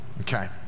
Okay